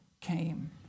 came